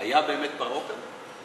היה באמת פרעה כזה?